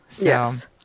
Yes